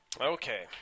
Okay